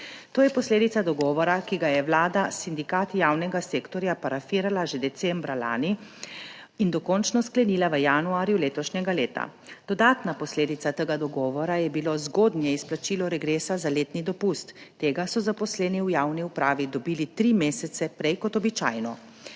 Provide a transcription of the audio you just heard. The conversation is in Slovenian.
To je posledica dogovora, ki ga je Vlada s sindikati javnega sektorja parafirala že decembra lani in dokončno sklenila v januarju letošnjega leta. Dodatna posledica tega dogovora je bilo zgodnje izplačilo regresa za letni dopust. Tega so zaposleni v javni upravi dobili tri mesece prej kot običajno.